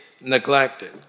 neglected